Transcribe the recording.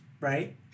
right